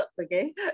Okay